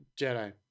Jedi